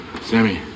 Sammy